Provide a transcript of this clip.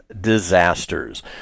disasters